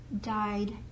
died